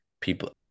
people